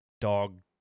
dog